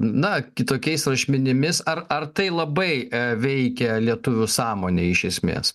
na kitokiais rašmenimis ar ar tai labai veikė lietuvių sąmonę iš esmės